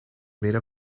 made